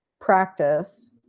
practice